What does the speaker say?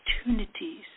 opportunities